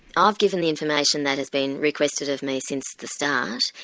ah i've given the information that has been requested of me since the start,